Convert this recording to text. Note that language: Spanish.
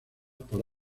por